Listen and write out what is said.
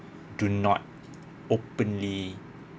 do not openly